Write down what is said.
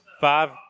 five